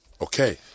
Okay